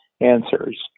answers